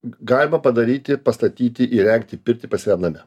galima padaryti pastatyti įrengti pirtį pas save name